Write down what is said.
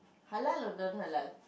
Halal or non Halal